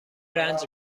رنج